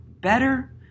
better